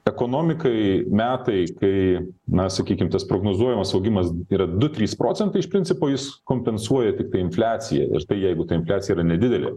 ekonomikai metai kai na sakykim tas prognozuojamas augimas yra du trys procentai iš principo jis kompensuoja tiktai infliaciją ir tai jeigu ta infliacija yra nedidelė